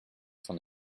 son